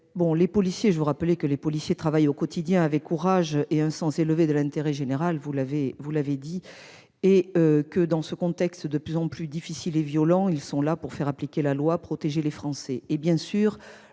qui ne pouvait être là ce matin. Les policiers travaillent au quotidien avec courage et un sens élevé de l'intérêt général, vous l'avez dit. Dans un contexte de plus en plus difficile et violent, ils sont là pour faire appliquer les lois et protéger les Français.